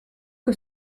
que